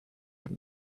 from